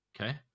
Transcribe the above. okay